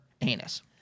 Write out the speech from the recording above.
anus